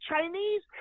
Chinese